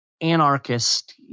anarchist